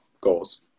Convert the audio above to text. goals